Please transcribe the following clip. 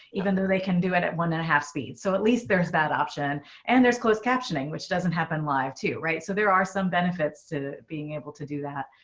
even though they can do it at one and a half speed. so at least there's that option and there's closed captioning, which doesn't happen live too. right. so there are some benefits to being able to do that